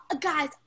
guys